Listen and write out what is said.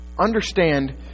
Understand